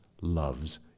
loves